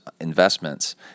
investments